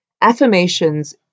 Affirmations